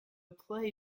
play